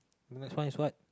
the next one is what